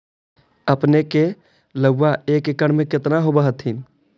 अपने के आलुआ एक एकड़ मे कितना होब होत्थिन?